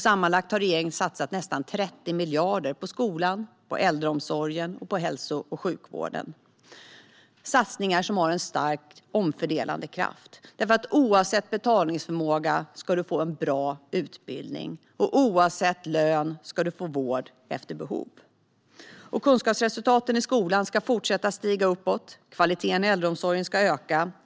Sammanlagt har regeringen satsat nästan 30 miljarder på skolan, äldreomsorgen och hälso och sjukvården. Det är satsningar som har en starkt omfördelande kraft. Oavsett betalningsförmåga ska du få en bra utbildning, och oavsett lön ska du få vård efter behov. Kunskapsresultaten i skolan ska fortsätta att stiga uppåt. Kvaliteten i äldreomsorgen ska öka.